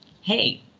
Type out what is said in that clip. hey